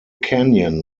canyon